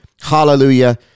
Hallelujah